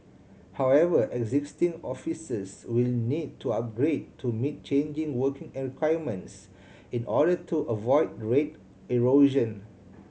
however existing offices will need to upgrade to meet changing working requirements in order to avoid rate erosion